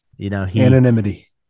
Anonymity